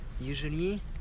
usually